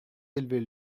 élever